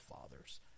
fathers